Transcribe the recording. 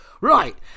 right